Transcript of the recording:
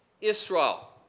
Israel